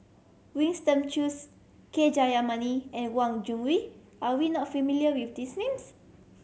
Winston Choos K Jayamani and Wang Gungwu are you not familiar with these names